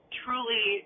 truly